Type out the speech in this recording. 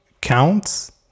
counts